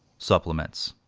supplements.